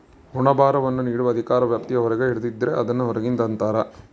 ಋಣಭಾರವನ್ನು ನೀಡುವ ಅಧಿಕಾರ ವ್ಯಾಪ್ತಿಯ ಹೊರಗೆ ಹಿಡಿದಿದ್ದರೆ, ಅದನ್ನು ಹೊರಗಿಂದು ಅಂತರ